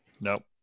Nope